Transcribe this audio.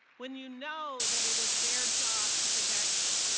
when you know that it is their job to protect you.